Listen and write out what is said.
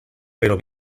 pero